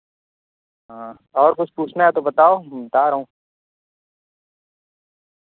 ہاں اور کچھ پوچھنا ہے تو بتاؤ بتا رہا ہوں